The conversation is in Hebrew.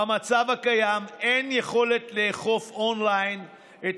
במצב הקיים אין יכולת לאכוף און-ליין את